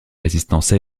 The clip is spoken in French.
résistance